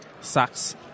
Socks